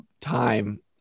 time